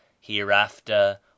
hereafter